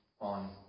on